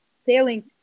sailing